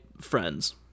Friends